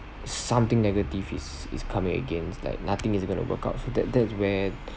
something negative is is coming against like nothing is going to work out so that that's where